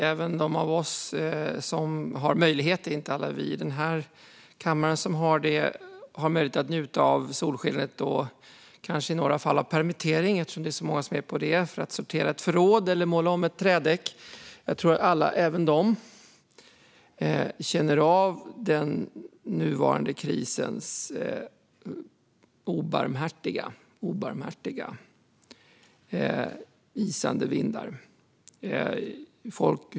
Även de av oss som har möjlighet att njuta av solskenet, vilket inte alla här i kammaren har, eller kanske i några fall av permittering - många är ju permitterade och passar på att sortera ett förråd eller måla om ett trädäck - känner nog just nu av krisens obarmhärtiga isande vindar.